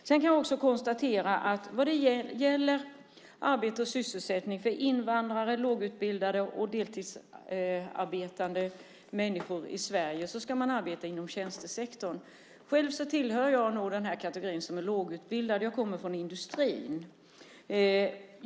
Jag kan också konstatera att för arbete och sysselsättning för invandrare, lågutbildade och deltidsarbetande människor i Sverige ska man arbeta inom tjänstesektorn. Själv tillhör jag kategorin lågutbildade. Jag kommer från industrin.